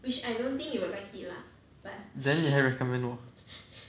then 你还 recommend 我